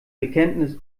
bekenntnis